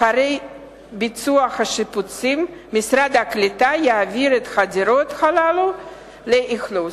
אחרי ביצוע השיפוצים משרד הקליטה יעביר את הדירות הללו לאכלוס.